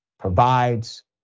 provides